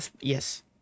yes